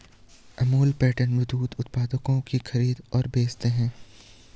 Amul pattern दूध उत्पादों की खरीदते और बेचते है